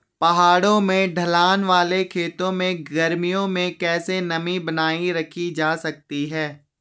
पहाड़ों में ढलान वाले खेतों में गर्मियों में कैसे नमी बनायी रखी जा सकती है?